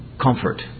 comfort